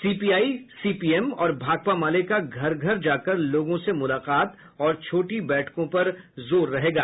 CPI CPM और भाकपा माले का घर घर जा कर लोगों से मुलाकात और छोटी बैठकों पर जोर रहेगा